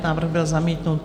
Návrh byl zamítnut.